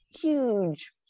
huge